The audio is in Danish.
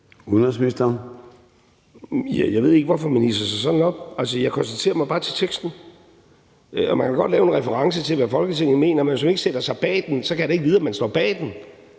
Rasmussen): Jeg ved ikke, hvorfor man hidser sig sådan op. Altså, jeg forholder mig bare til teksten. Og man kan godt lave en reference til, hvad Folketinget mener, men hvis man ikke sætter sig bag den, kan jeg da ikke vide, om man står bag den,